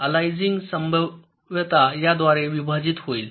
तर अलायासिंगची संभाव्यता याद्वारे विभाजित होईल